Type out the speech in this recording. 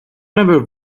never